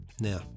now